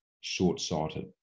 short-sighted